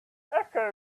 echoed